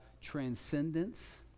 transcendence